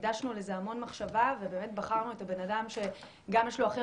הקדשנו לזה המון מחשבה ובחרנו את הבן אדם שיש לו הכי